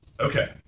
Okay